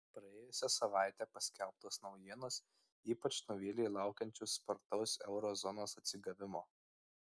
praėjusią savaitę paskelbtos naujienos ypač nuvylė laukiančius spartaus euro zonos atsigavimo